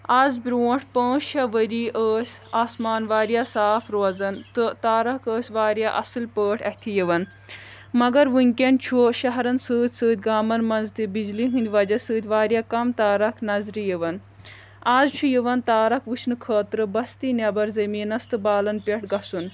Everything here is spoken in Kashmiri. آز برٛونٛٹھ پانٛژھ شیٚے ؤری ٲسۍ آسمان واریاہ صاف روزان تہٕ تارک ٲسۍ واریاہ اصل پٲٹھۍ اتھِ یِوان مگر ؤنکیٚن چھُ شہرن سۭتۍ سۭتۍ گامن منٛز تہِ بجلی ہٕنٛدۍ وجہ سۭتۍ واریاہ کم تارک نظرِ یِوان آز چھُ یِوان تارک وٕچھنہٕ خٲطرٕ بستی نٮ۪بر زٔمیٖنس تہٕ بالن پٮ۪ٹھ گژھُن